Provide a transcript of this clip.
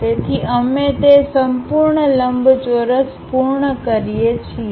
તેથી અમે તે સંપૂર્ણ લંબચોરસ પૂર્ણ કરીએ છીએ